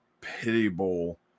pitiable